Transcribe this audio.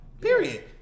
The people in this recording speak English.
Period